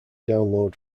download